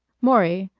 maury,